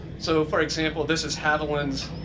so for example, this is haviland's